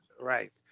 right